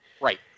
right